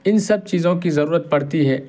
ان سب چیزوں کی ضرورت پڑتی ہے